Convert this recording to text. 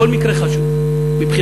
כל מקרה חשוב מבחינתי.